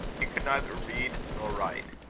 he could neither read nor write.